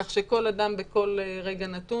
כך שכל אדם בכל רגע נתון,